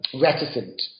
reticent